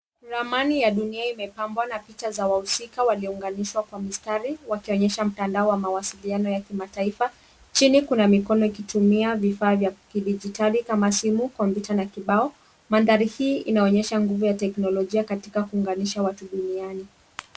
Ramani ya dunia imepambwa na picha za wahusika waliounganishwa kwa mistari wakionyesha mtandao wa mawasiliano ya kimataifa. Chini kuna mikono ikitumia vifaa vya kidigitali kama simu, kompyuta na kibao. Mandhari hii inaonyesha nguvu ya teknolojia katika kuunganisha watu duniani.